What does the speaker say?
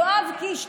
יואב קיש,